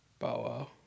wow